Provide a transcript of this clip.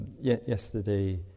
yesterday